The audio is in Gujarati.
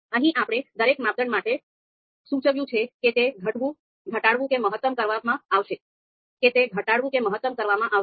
અહીં આપણે દરેક માપદંડ માટે સૂચવ્યું છે કે તે ઘટાડવું કે મહત્તમ કરવામાં આવશે